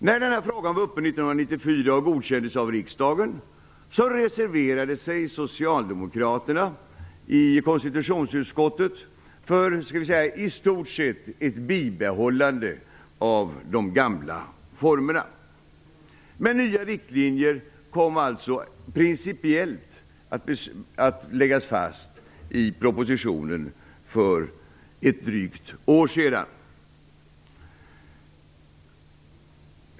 När den här frågan var uppe 1994 och godkändes av riksdagen reserverade sig socialdemokraterna för i stort sett ett bibehållande av de gamla formerna. Nya riktlinjer kom alltså principiellt att läggas fast i propositionen för drygt ett år sedan.